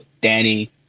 Danny